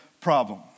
problem